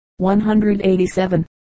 187